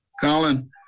Colin